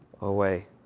away